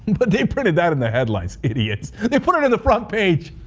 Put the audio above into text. but they printed that in the headlines, idiots. they put it in the front page.